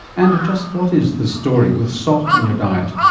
and just what is the story with salt in your diet?